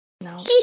No